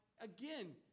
again